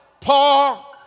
Paul